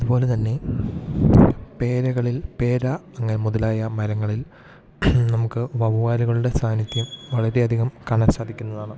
അതുപോലെ തന്നെ പേരകളിൽ പേര അങ്ങനെ മുതലായ മരങ്ങളിൽ നമുക്ക് വവ്വാലുകളുടെ സാന്നിധ്യം വളരെ അധികം കാണാൻ സാധിക്കുന്നതാണ്